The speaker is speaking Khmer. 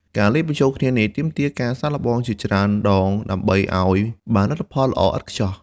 ការលាយបញ្ចូលគ្នានេះទាមទារការសាកល្បងជាច្រើនដងដើម្បីឱ្យបានលទ្ធផលល្អឥតខ្ចោះ។